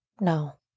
no